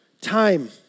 time